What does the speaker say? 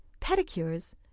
pedicures